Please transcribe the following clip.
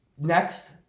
Next